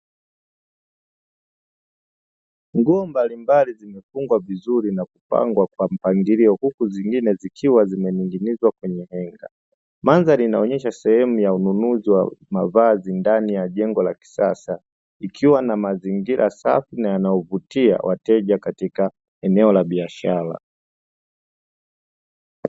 Nguo mbalimbali zimefungwa vizuri vikiwa na mpangilio mandhari inaonyesha vizuri katika mandhari ya eneo la kibiashara